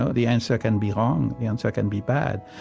ah the answer can be wrong. the answer can be bad.